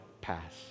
pass